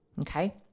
Okay